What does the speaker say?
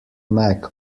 mac